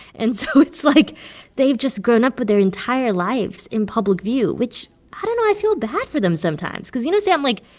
and so it's like they've just grown up with their entire lives in public view, which i don't know. i feel bad for them sometimes because, you know, sam, like,